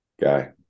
guy